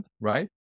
right